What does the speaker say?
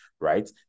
right